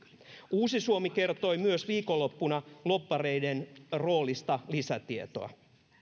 uusi suomi kertoi viikonloppuna lobbareiden roolista myös lisätietoa